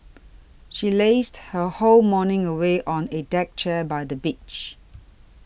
she lazed her whole morning away on a deck chair by the beach